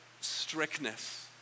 strictness